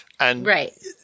Right